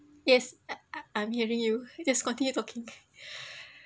yes uh uh I'm hearing you just continue talking